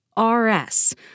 RS